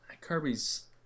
Kirby's